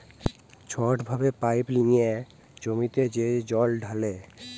ছট ভাবে পাইপ লিঁয়ে জমিতে যে জল ঢালে